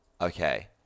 okay